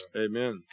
Amen